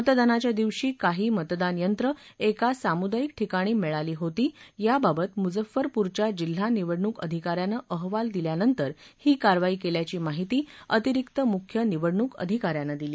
मतदानाच्या दिवशी काही मतदान यंत्र एका सामुदायिक ठिकाणी मिळाली होती याबाबत मुझफ्फरपूरच्या जिल्हा निवडणूक अधिका यानं अहवाल दिल्यानंतर ही कारवाई केल्याची माहिती अतिरिक्त मुख्य निवडणूक अधिका यानं दिली